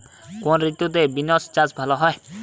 কোন ঋতুতে বিন্স চাষ ভালো হয়?